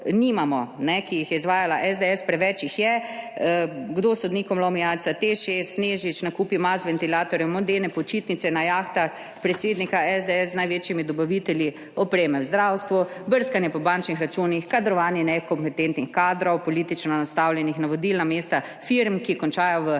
jih je izvajala SDS. Preveč jih je. Kdo sodnikom lomi jajca, TEŠ 6, Snežič, nakupi mas ventilatorjev, Mondene počitnice na jahtah predsednika SDS z največjimi dobavitelji opreme v zdravstvu, brskanje po bančnih računih, kadrovanje nekompetentnih kadrov, politično nastavljenih na vodilna mesta firm, ki končajo v